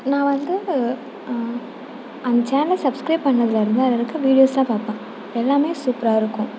நான் வந்து அந்த சேனலை சப்ஸ்கிரைப் பண்ணதில் இருந்து அதில் இருக்க வீடியோஸ்யெலாம் பார்ப்பேன் எல்லாமே சூப்பராக இருக்கும்